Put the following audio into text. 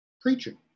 preaching